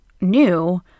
new